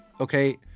okay